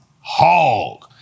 Hog